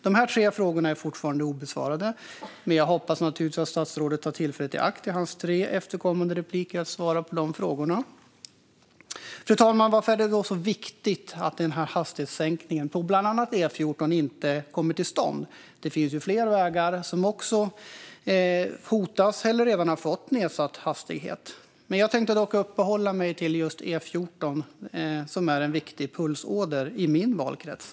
De tre frågorna är fortfarande obesvarade, men jag hoppas naturligtvis att statsrådet i sina tre kommande anföranden tar tillfället i akt att svara på dem. Fru talman! Varför är det då så viktigt att hastighetssänkningen på bland annat E14 inte kommer till stånd? Det finns flera vägar som hotas eller som redan har fått nedsatt hastighet. Jag tänker dock uppehålla mig vid just E14, som är en viktig pulsåder i min valkrets.